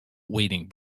wading